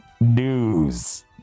news